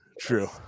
True